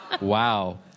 Wow